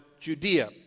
Judea